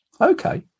Okay